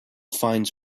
finds